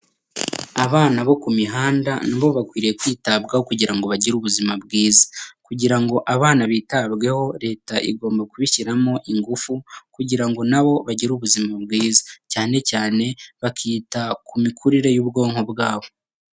Ababana bo ku mihanda nabo bakwiriye kwitabyaho kugira ngo bagire ubuzima bwiza, kugira ngo abana bitabweho, leta igomba kubishyiramo ingufu, kugira ngo nabo bagire ubuzima bwiza, cyane cyane bakita ku mikurire y'ubwonko bwabo.